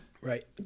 right